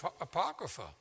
Apocrypha